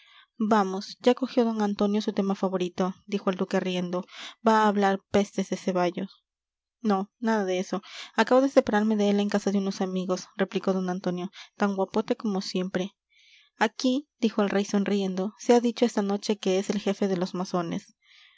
vamos ya cogió d antonio su tema favorito dijo el duque riendo va a hablar pestes de ceballos no nada de eso acabo de separarme de él en casa de unos amigos replicó d antonio tan guapote como siempre aquí dijo el rey sonriendo se ha dicho esta noche que es el jefe de los masones